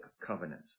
covenant